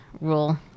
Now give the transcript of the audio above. rule